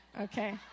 Okay